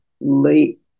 late